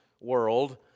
world